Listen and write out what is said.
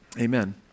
Amen